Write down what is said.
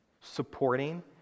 supporting